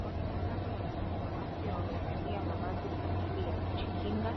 Wataalamu watatu wa afya wamevalia mavazi kamili ya kujikinga,